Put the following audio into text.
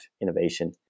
innovation